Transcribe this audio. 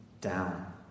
down